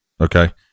Okay